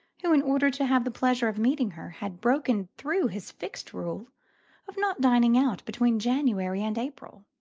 who, in order to have the pleasure of meeting her, had broken through his fixed rule of not dining out between january and april.